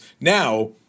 Now